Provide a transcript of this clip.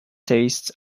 taste